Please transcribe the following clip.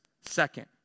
second